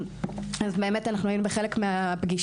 אז באמת אנחנו היינו בחלק מהפגישות